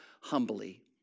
humbly